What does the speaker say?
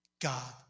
God